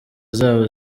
zabo